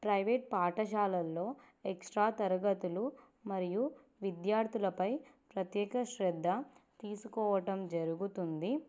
private పాఠశాలల్లో extra తరగతులు మరియు విద్యార్థులపై ప్రత్యేక శ్రద్ధ తీసుకోవటం జరుగుతుంది